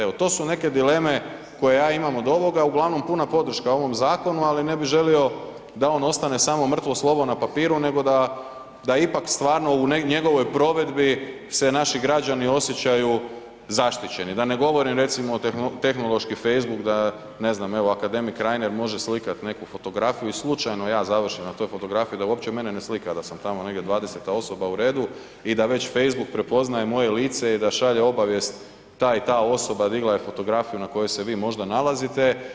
Evo to su neke dileme koje ja imam od ovoga, uglavnom puna podrška ovom zakonu ali ne bi želio da on ostane samo mrtvo slovo na papiru nego da ipak stvarno u njegovoj provedbi se naši građani osjećaju zaštićeni da ne govorim recimo tehnološki facebook, da ne znam evo akademik Reiner može slikati neku fotografiju i slučajno ja završim na toj fotografiji da uopće mene ne slika, da sam tamo negdje 20-ta osoba u redu i da već facebook prepoznaje moje lice i da šalje obavijest ta i ta osoba digla je fotografiju na kojoj se vi možda nalazite.